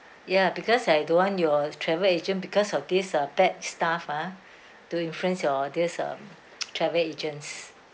ya because I don't want your travel agent because of this uh bad staff ah to influence your this uh travel agents